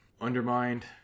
undermined